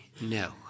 No